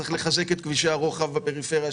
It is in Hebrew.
צריך לחזק את כבישי הרוחב בפריפריה,